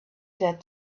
said